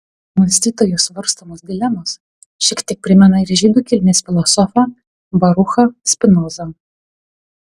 mąstytojo svarstomos dilemos šiek tiek primena ir žydų kilmės filosofą baruchą spinozą